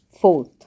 Fourth